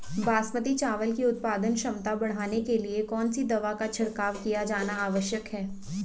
बासमती चावल की उत्पादन क्षमता बढ़ाने के लिए कौन सी दवा का छिड़काव किया जाना आवश्यक है?